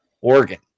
Oregon